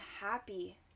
happy